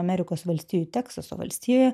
amerikos valstijų teksaso valstijoje